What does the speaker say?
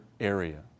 area